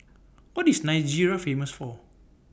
What IS Nigeria Famous For